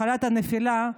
מחלת הנפילה,